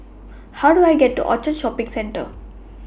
How Do I get to Orchard Shopping Centre